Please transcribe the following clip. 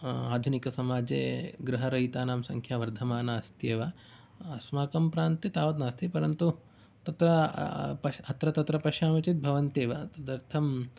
आधुनिकसमाजे गृहरहितानां सङ्ख्या वर्धमाना अस्त्येव अस्माकं प्रान्ते तावत् नास्ति परन्तु तत्र अत्र तत्र पश्यामः चेत् भवन्त्येव तदर्थं